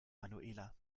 manuela